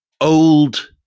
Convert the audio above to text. old